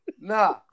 Nah